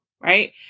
right